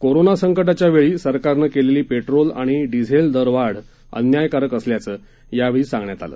corona संकटाच्यावेळी सरकारने केलेली पेट्रोल आणि डीझेल दर वाढ अन्यायकारक असल्याचे यावेळी सांगण्यात आले